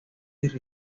era